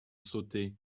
sauter